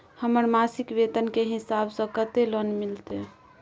हमर मासिक वेतन के हिसाब स कत्ते लोन मिलते?